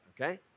okay